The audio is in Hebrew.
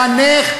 לחנך,